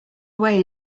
away